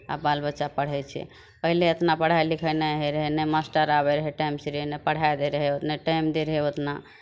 आब बाल बच्चा पढ़ै छै पहिले एतना पढ़ाइ लिखाइ नहि होइत रहै नहि मास्टर आबैत रहै टाइम सिरे नहि पढ़ाइ दै रहै नहि टाइम दै रहै ओतना